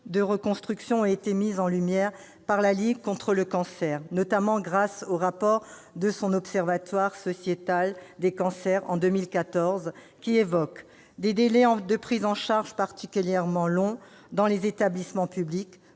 de reconstruction ont été mises en lumière par la Ligue contre le cancer, notamment grâce au rapport de son Observatoire sociétal des cancers en 2014, qui évoque : des délais de prise en charge particulièrement longs dans les établissements publics,